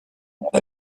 monde